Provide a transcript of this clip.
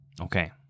Okay